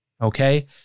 Okay